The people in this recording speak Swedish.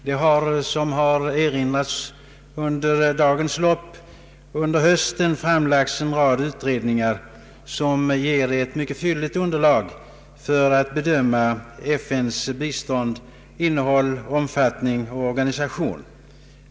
Det har, som erinrats om i dagens debatt, under hösten framlagts en rad utredningar vilka ger ett mycket fylligt underlag för bedömning av FN-biståndets innehåll, omfattning och organisation.